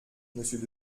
monsieur